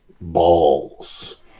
balls